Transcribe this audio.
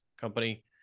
company